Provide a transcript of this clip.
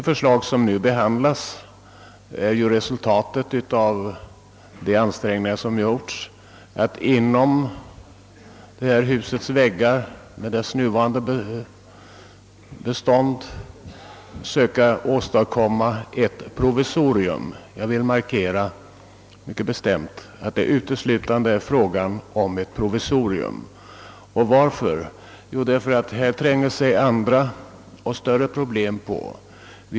Det förslag som nu behandlas är resultatet av de ansträngningar som gjorts för att inom detta hus och med dess nuvarande lokalbestånd söka åstadkomma en provisorisk lösning. Jag vill mycket kraftigt markera att det uteslutande är fråga om ett provisorium. Här tränger sig nämligen andra och större problem på.